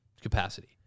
capacity